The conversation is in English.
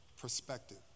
perspective